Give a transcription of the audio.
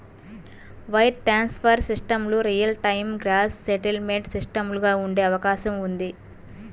wire transfer సిస్టమ్లు real time gross settlement సిస్టమ్లుగా ఉండే అవకాశం ఉంది